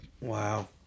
Wow